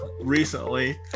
recently